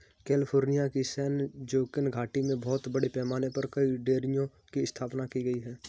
California की San Joaquin घाटी में बहुत बड़े पैमाने पर कई डेयरियों की स्थापना की गई है